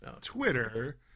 Twitter